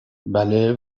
بله